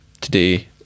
Today